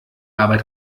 arbeit